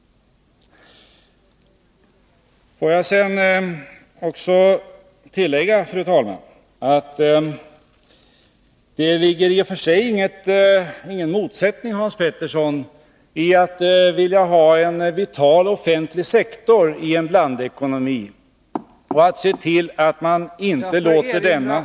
Fru talman! Får jag sedan tillägga att det i och för sig inte föreligger någon motsättning, Hans Petersson i Hallstahammar, mellan oss i fråga om viljan att ha en vital offentlig sektor i en blandekonomi.